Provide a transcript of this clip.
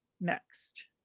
next